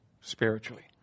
spiritually